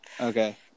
Okay